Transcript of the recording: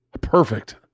Perfect